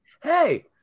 hey